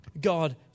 God